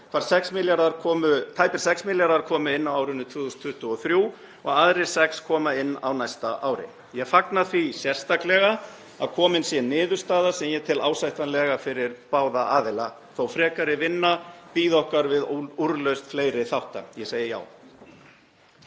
sem tæpir 6 milljarðar komi inn á árinu 2023 og aðrir 6 komi inn á næsta ári. Ég fagna því sérstaklega að komin sé niðurstaða sem ég tel ásættanlega fyrir báða aðila þótt frekari vinna bíði okkar við úrlausn fleiri þátta. — Ég segi já.